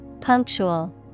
Punctual